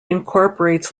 incorporates